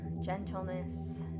gentleness